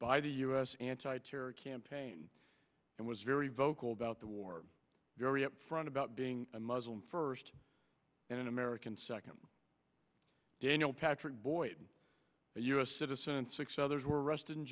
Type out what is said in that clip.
by the u s anti terror campaign and was very vocal about the war very upfront about being a muslim first and an american second daniel patrick boyd a u s citizen and six others were arrested in